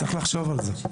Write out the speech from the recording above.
צריך לחשוב על זה.